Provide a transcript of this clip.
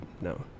no